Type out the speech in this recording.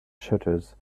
shutters